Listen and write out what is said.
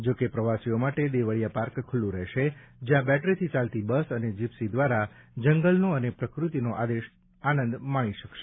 જોકે પ્રવાસીઓ માટે દેવળીયા પાર્ક ખૂલ્લું રહેશે જ્યાં બેટરીથી ચાલતી બસ અને જીપ્સી દ્વારા જંગલનો અને પ્રકૃતિનો આનંદ માણી શકશે